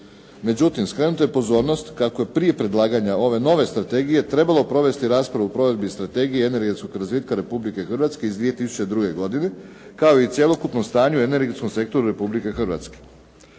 Međutim skrenuta je pozornost kako je prije predlaganja ove nove strategije trebalo provesti raspravu o provedbi Strategije i energetskog razvitka Republike Hrvatske iz 2002. godine kao i cjelokupnom stanju u energetskom sektoru Republike Hrvatske.